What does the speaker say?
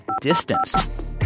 Distance